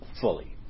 fully